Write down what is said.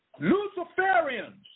Luciferians